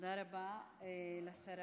תודה רבה לשרה.